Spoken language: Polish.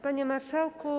Panie Marszałku!